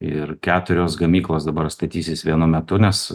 ir keturios gamyklos dabar statysis vienu metu nes